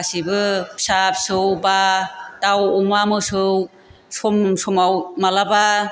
गासिबो फिसा फिसौ बा दाउ अमा मोसौ सम समाव मालाबा